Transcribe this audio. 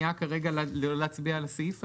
הסעיף כרגע רק מפנה אליהן.